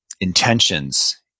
intentions